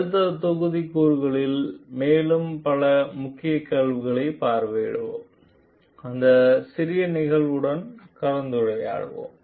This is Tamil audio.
அடுத்த தொகுதிக்கூறுகளில் மேலும் பல முக்கிய கேள்விகளைப் பார்வையிடுவோம் இந்த சிறிய நிகழ்வுகளுடன் கலந்துரையாடுவோம்